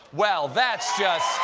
well, that's just